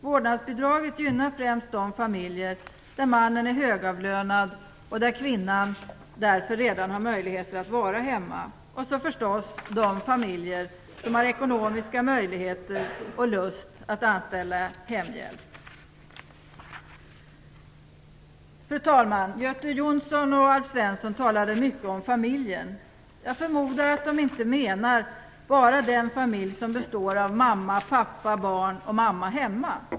Vårdnadsbidraget gynnar främst de familjer där mannen är högavlönad och där kvinnan därför redan har möjlighet att vara hemma, och så förstås de familjer som har ekonomiska möjligheter och lust att anställa hemhjälp. Fru talman! Göte Jonsson och Alf Svensson talade mycket om familjen. Jag förmodar att de inte menar bara den familj som består av mamma, pappa, barn, med mamma hemma.